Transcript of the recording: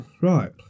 Right